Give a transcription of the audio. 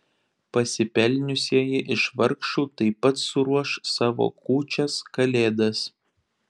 pasipelniusieji iš vargšų taip pat suruoš savo kūčias kalėdas